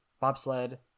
bobsled